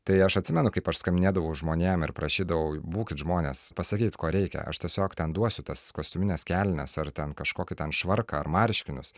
tai aš atsimenu kaip aš skambinėdavau žmonėms ir prašydavau būkit žmonės pasakykit ko reikia aš tiesiog ten duosiu tas kostiumines kelnes ar ten kažkokį ten švarką ar marškinius